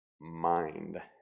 mind